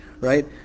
right